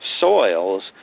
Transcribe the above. soils